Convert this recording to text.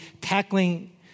tackling